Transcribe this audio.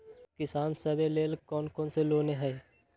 किसान सवे लेल कौन कौन से लोने हई?